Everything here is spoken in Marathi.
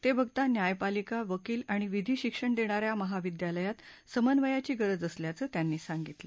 ते बघता न्यायपालिका वकील आणि विधी शिक्षण देणाऱ्या महाविद्यालयात समन्वयाची गरज असल्याचं त्यांनी सांगितलं